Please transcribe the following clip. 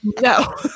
No